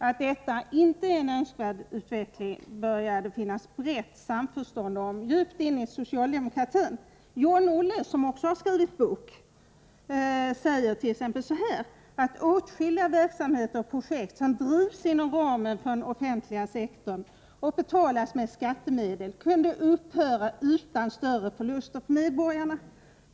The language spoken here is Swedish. Att detta inte är en önskvärd utveckling börjar det finnas ett brett samförstånd om djupt in i socialdemokratin. John-Olle, som också skrivit en bok, säger t.ex. ”att åtskilliga verksamheter och projekt som drivs inom ramen för den offentliga sektorn och betalas med skattemedel kunde upphöra utan större förlust för medborgarna ——-—.